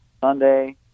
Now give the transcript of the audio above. Sunday